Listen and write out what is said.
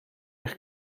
eich